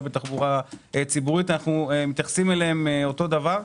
בתחבורה ציבורית אנו מתייחסים אליהם אותו דבר.